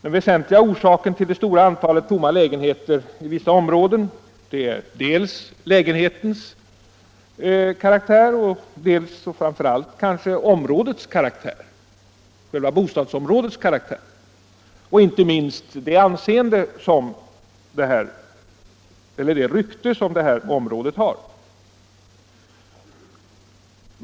Den väsentliga orsaken till det stora antalet tomma lägenheter i vissa områden är dels lägenheternas utformning, dels och kanske framför allt bostadsområdets karaktär och inte minst det rykte som området har.